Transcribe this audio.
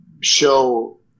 show